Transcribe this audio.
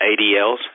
ADLs